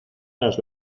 las